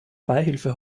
beihilfe